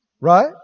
Right